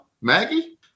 Maggie